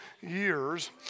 years